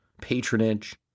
patronage